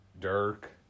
Dirk